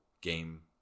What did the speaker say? game –